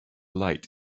light